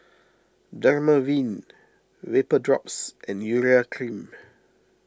Dermaveen Vapodrops and Urea Cream